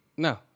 No